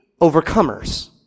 overcomers